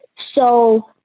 so,